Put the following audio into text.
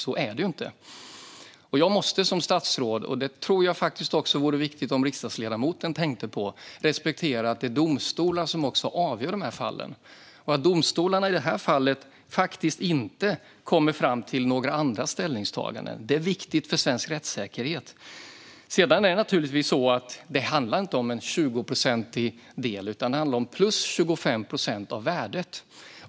Så är dock inte fallet. Jag som statsrådet måste respektera att det är domstolar som avgör dessa fall. Det vore bra om även riksdagsledamoten tänkte på det. I detta fall har domstolarna inte kommit fram till några andra ställningstaganden. Det är viktigt för svensk rättssäkerhet. Det är också viktigt att säga att det inte handlar om en 20-procentig del utan om 25 procent extra av värdet.